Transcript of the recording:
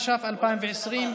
התש"ף 2020,